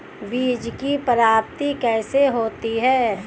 बीज की प्राप्ति कैसे होती है?